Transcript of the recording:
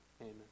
Amen